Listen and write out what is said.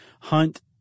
hunt